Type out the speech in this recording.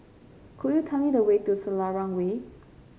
could you tell me the way to Selarang Way